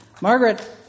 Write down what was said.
Margaret